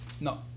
No